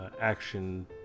action